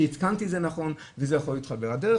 שהתקנתי את זה נכון וזה יכול להתחבר.